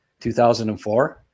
2004